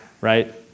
right